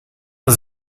was